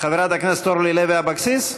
חברת הכנסת אורלי לוי אבקסיס?